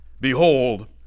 Behold